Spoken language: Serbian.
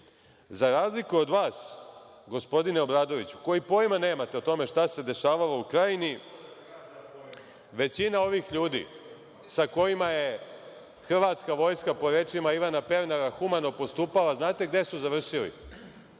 razliku od vas, gospodine Obradoviću, koji pojma nemate o tome šta se dešavalo u Krajini, većina ovih ljudi sa kojima je hrvatska vojska, po rečima Ivana Pernara, humano postupala, znate li gde su završili?